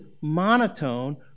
monotone